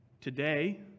today